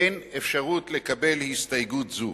אין לקבל הסתייגות זו,